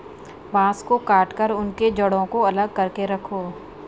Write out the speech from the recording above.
बांस को काटकर उनके जड़ों को अलग करके रखो